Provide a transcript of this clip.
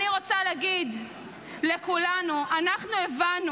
אני רוצה להגיד לכולנו: אנחנו הבנו